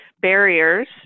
barriers